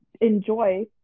enjoy